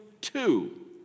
two